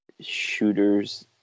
shooters